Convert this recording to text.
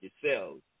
yourselves